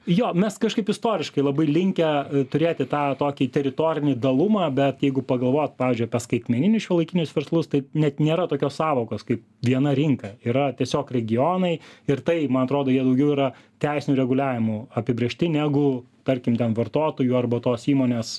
jo mes kažkaip istoriškai labai linkę turėti tą tokį teritorinį dalumą bet jeigu pagalvot pavyzdžiui apie skaitmeninius šiuolaikinius verslus taip net nėra tokios sąvokos kaip viena rinka yra tiesiog regionai ir tai man atrodo jie daugiau yra teisinių reguliavimų apibrėžti negu tarkim ten vartotojų arba tos įmonės